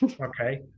Okay